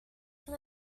for